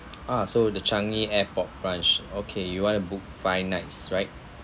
ah so the changi airport branch okay you want to book five nights right